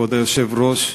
כבוד היושב-ראש,